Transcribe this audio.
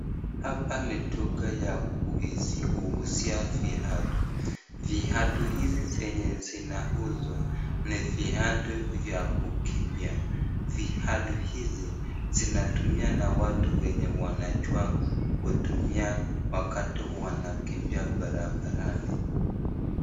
Hapa ni duka ya kuuzia viatu. Viatu hizi zenye zinauzwa ni viatu vya kukimbia. Viatu hizi zinatumiwa na watu wenye wanajua kutumia wakati wanakimbia barabarani.